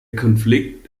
konflikt